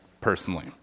personally